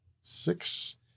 Six